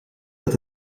dat